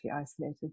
isolated